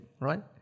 right